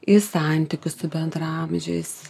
į santykius su bendraamžiais